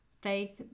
Faith